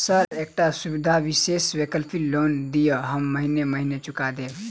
Sir एकटा सुविधा विशेष वैकल्पिक लोन दिऽ हम महीने महीने चुका देब?